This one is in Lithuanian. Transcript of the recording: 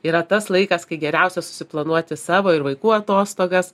yra tas laikas kai geriausia susiplanuoti savo ir vaikų atostogas